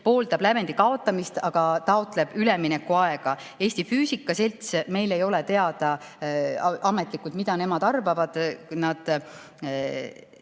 pooldab lävendi kaotamist, aga taotleb üleminekuaega. Eesti Füüsika Selts – meil ei ole ametlikult teada, mida nemad arvavad, me